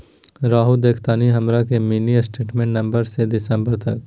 रहुआ देखतानी हमरा के मिनी स्टेटमेंट नवंबर से दिसंबर तक?